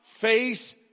face